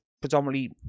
predominantly